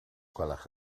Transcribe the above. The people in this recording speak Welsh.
gwelwch